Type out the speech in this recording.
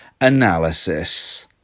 Analysis